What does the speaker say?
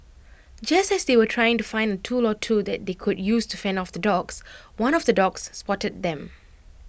just as they were trying to find tool or two that they could use to fend off the dogs one of the dogs spotted them